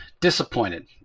disappointed